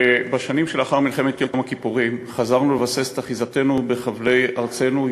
בשנים שלאחר מלחמת יום הכיפורים חזרנו לבסס את אחיזתנו בחבלי ארצנו,